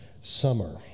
summer